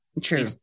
True